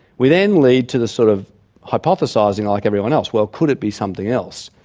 we then lead to the sort of hypothesising like everyone else well, could it be something else?